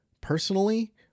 personally